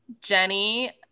jenny